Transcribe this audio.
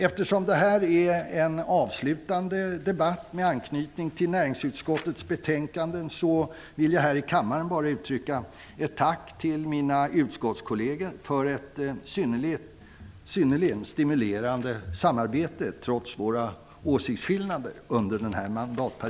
Eftersom detta är en avslutande debatt med anknytning till näringsutskottets betänkanden, vill jag här i kammaren uttrycka ett tack till mina utskottskolleger för ett under den här mandatperioden synnerligen stimulerande arbete, trots våra åsiktsskillnader.